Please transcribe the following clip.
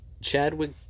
chadwick